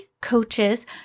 coaches